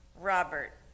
Robert